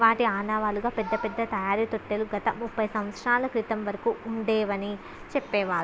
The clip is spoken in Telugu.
వాటి ఆనవాళ్ళుగా పెద్దపెద్ద తయారీ తోట్టెలు గత ముఫై సంవత్సరాల క్రితం వరకు ఉండేవని చెప్పేవారు